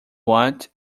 what